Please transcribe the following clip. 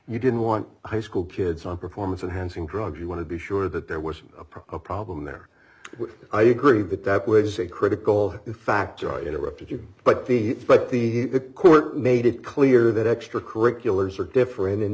you didn't want high school kids on performance enhancing drugs you want to be sure that there was a problem there i agree that that was a critical factor i interrupted you but the but the court made it clear that extracurriculars are different and